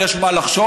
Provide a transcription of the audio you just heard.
יש מה לחשוב.